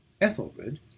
Ethelred